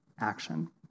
action